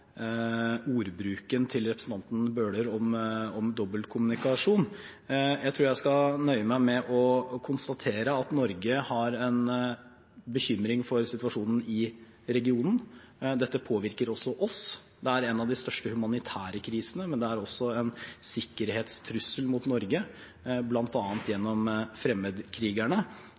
ordbruken til representanten Bøhler om dobbeltkommunikasjon. Jeg tror jeg skal nøye meg med å konstatere at Norge har en bekymring for situasjonen i regionen. Dette påvirker også oss. Det er en av de største humanitære krisene, men det er også en sikkerhetstrussel mot Norge, bl.a. gjennom fremmedkrigerne,